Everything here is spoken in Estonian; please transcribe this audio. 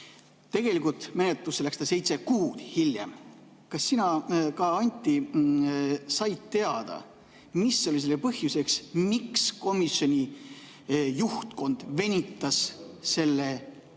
Tegelikult menetlusse läks ta seitse kuud hiljem. Kas sina, Anti, said teada, mis oli selle põhjuseks, miks komisjoni juhtkond venitas selle asja